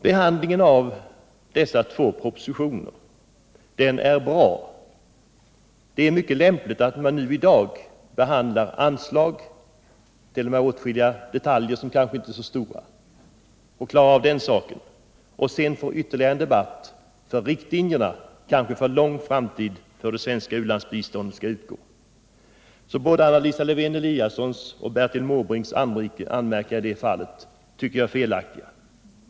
Behandlingen av dessa två propositioner är bra. Det är mycket lämpligt att vi i dag behandlar anslagen, t.o.m. åtskilliga detaljer som kanske inte är så stora, och sedan får ytterligare en debatt om riktlinjerna, kanske för lång tid framåt, för hur det svenska u-landsbiståndet skall utgå. Både Anna Lisa Lewén-Eliassons och Bertil Måbrinks anmärkningar på den punkten tycker jag är felaktiga.